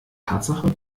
tatsache